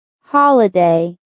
holiday